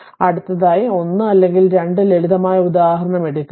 അതിനാൽ അടുത്തതായി 1 അല്ലെങ്കിൽ 2 ലളിതമായ ഉദാഹരണം എടുക്കുക